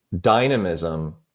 dynamism